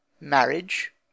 Marriage